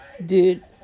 dude